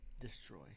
destroy